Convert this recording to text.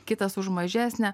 kitas už mažesnę